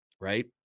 Right